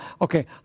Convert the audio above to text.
Okay